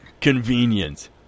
convenient